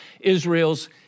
Israel's